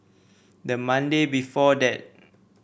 the Monday before that